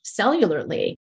cellularly